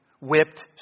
whipped